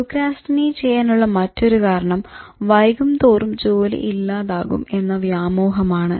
procrastinate ചെയ്യാനുള്ള മറ്റൊരു കാരണം വൈകുംതോറും ജോലി ഇല്ലാതാകും എന്ന വ്യാമോഹമാണ്